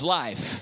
life